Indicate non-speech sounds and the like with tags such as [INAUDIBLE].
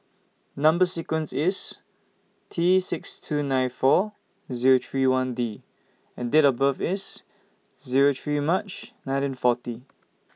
Number sequence IS T six two nine four Zero three one D and Date of birth IS Zero three March nineteen forty [NOISE]